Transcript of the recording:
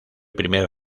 primer